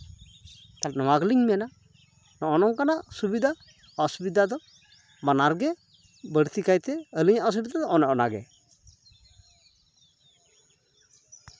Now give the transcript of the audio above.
ᱛᱟᱞᱦᱮ ᱱᱚᱣᱟᱜᱮᱞᱤᱧ ᱢᱮᱱᱟ ᱱᱚᱜᱼᱚ ᱱᱚᱝᱠᱟᱱᱟᱜ ᱥᱩᱵᱤᱫᱟ ᱚᱥᱩᱵᱤᱫᱟ ᱫᱚ ᱵᱟᱱᱟᱨ ᱜᱮ ᱵᱟᱹᱲᱛᱤ ᱠᱟᱭᱛᱮ ᱟᱹᱞᱤᱧᱟᱜ ᱚᱥᱩᱵᱤᱫᱟ ᱫᱚ ᱚᱱᱮ ᱚᱱᱟᱜᱮ